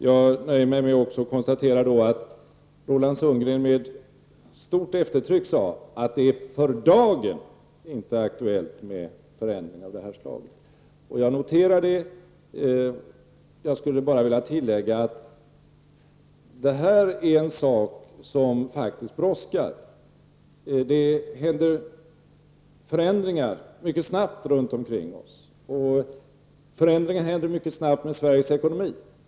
Jag nöjer mig också med att konstatera att Roland Sundgren med stort eftertryck sade att det för dagen inte är aktuellt med förändringar av det här slaget. Jag noterar detta. Jag skulle bara vilja tillägga att detta är en sak som faktiskt brådskar. Det sker förändringar mycket snabbt runt omkring oss, och förändringar händer mycket snabbt med Sveriges ekonomi.